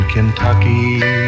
Kentucky